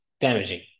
damaging